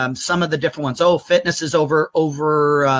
um some of the different ones, oh, fitness is over, over,